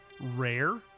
rare